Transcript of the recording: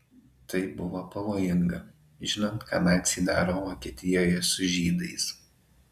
tai buvo pavojinga žinant ką naciai daro vokietijoje su žydais